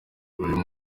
uyu